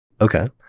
Okay